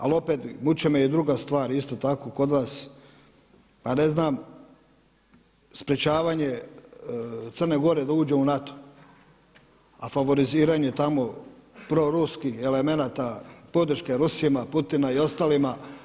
Ali opet vuče me i druga stvar isto tako kod vas pa ne znam sprječavanje Crne Gore da uđe u NATO a favoriziranje tamo proruskih elemenata podrške Rusima, Putina i ostalima.